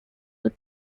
were